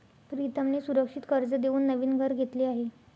प्रीतमने सुरक्षित कर्ज देऊन नवीन घर घेतले आहे